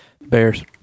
Bears